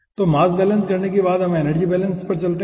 तो mass balance करने के बाद हम एनर्जी बैलेंस पर चलते हैं